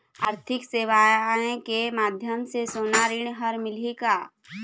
आरथिक सेवाएँ के माध्यम से सोना ऋण हर मिलही का?